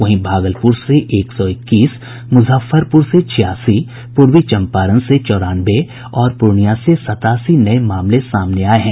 वहीं भागलपुर से एक सौ इक्कीस मुजफ्फरपुर से छियासी पूर्वी चंपारण से चौरानवे और पूर्णिया से सतासी नये मामलों की पुष्टि हुई है